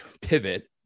pivot